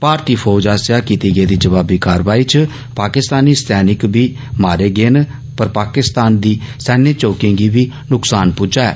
भारतीय फौज आस्सेआ कीती गेदी जवाबी कारवाई इच पाकिस्तानी सैनिक बी मारे गए न पाकिस्तान दी सैन्य चौकिएं गी बी नुक्सान पुज्जा ऐ